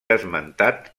esmentat